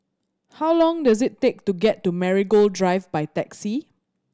how long does it take to get to Marigold Drive by taxi